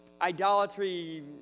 idolatry